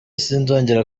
sinzongera